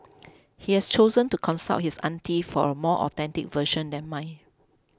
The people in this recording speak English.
he has chosen to consult his auntie for a more authentic version than mine